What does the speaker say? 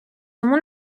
тому